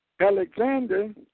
Alexander